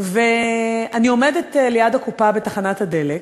ואני עומדת ליד הקופה בתחנת הדלק.